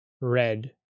red